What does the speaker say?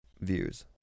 views